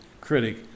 critic